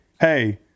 hey